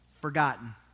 Forgotten